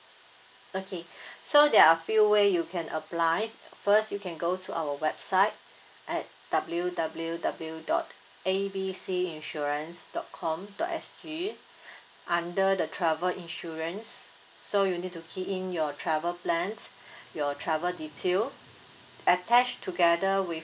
okay so there are few way you can apply first you can go to our website at W W W dot A B C insurance dot com dot S G under the travel insurance so you need to key in your travel plans your travel detail attach together with